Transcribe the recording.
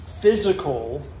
physical